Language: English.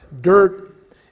dirt